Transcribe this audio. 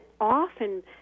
often